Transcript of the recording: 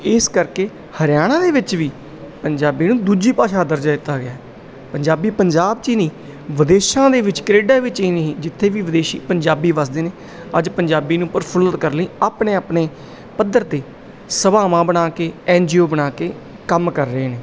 ਇਸ ਕਰਕੇ ਹਰਿਆਣਾ ਦੇ ਵਿੱਚ ਵੀ ਪੰਜਾਬੀ ਨੂੰ ਦੂਜੀ ਭਾਸ਼ਾ ਦਰਜਾ ਦਿੱਤਾ ਗਿਆ ਹੈ ਪੰਜਾਬੀ ਪੰਜਾਬ 'ਚ ਹੀ ਨਹੀਂ ਵਿਦੇਸ਼ਾਂ ਦੇ ਵਿੱਚ ਕਨੇਡਾ ਵਿੱਚ ਹੀ ਨਹੀਂ ਜਿੱਥੇ ਵੀ ਵਿਦੇਸ਼ੀ ਪੰਜਾਬੀ ਵਸਦੇ ਨੇ ਅੱਜ ਪੰਜਾਬੀ ਨੂੰ ਪ੍ਰਫੁੱਲਤ ਕਰਨ ਲਈ ਆਪਣੇ ਆਪਣੇ ਪੱਧਰ 'ਤੇ ਸਭਾਵਾਂ ਬਣਾ ਕੇ ਐਨ ਜੀ ਓ ਬਣਾ ਕੇ ਕੰਮ ਕਰ ਰਹੇ ਨੇ